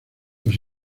los